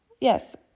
yes